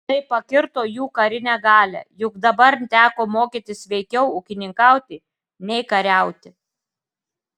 tai pakirto jų karinę galią juk dabar teko mokytis veikiau ūkininkauti nei kariauti